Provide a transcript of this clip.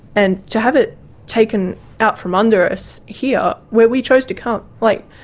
and to have it taken out from under us here where we chose to come like,